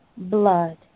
Blood